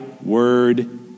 word